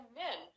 men